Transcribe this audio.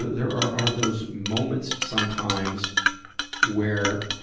there are, are, are those moments sometimes where,